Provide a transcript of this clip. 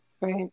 Right